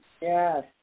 Yes